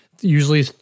Usually